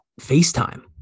FaceTime